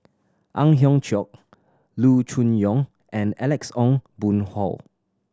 Ang Hiong Chiok Loo Choon Yong and Alex Ong Boon Hau